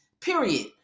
period